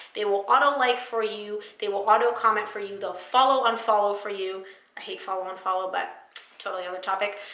they will auto like for you. they will auto comment for you. they will follow, unfollow for you. i hate follow, unfollow, but totally other topic.